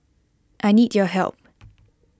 I need your help